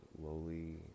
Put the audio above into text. lowly